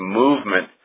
movement